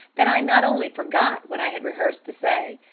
that i not only forgot what i had rehearsed to say,